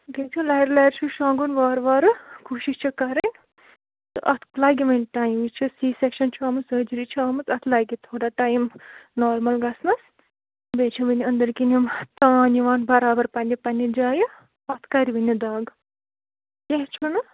بیٚیہِ چھُ لَرِ لَرِ چھُ شۄنٛگُن وارٕ وارٕ کوٗشِش چھِ کَرٕنۍ تہٕ اَتھ لَگہِ وُنہِ ٹایم یہِ چھِ سی سٮ۪کشَن چھُ آمٕژ سٔرجٔری چھِ آمٕژ اَتھ لَگہِ تھوڑا ٹایِم نارمَل گژھنَس بیٚیہِ چھِ وُنہِ أنٛدٕرۍ کِنۍ یِم تان یِوان برابر پَنٕنہِ پنٕنہِ جایہِ اَتھ کَرِ وُنہِ دَگ کیٚنٛہہ چھُنہٕ